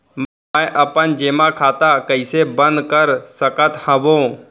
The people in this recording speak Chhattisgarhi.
मै अपन जेमा खाता कइसे बन्द कर सकत हओं?